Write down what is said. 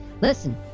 Listen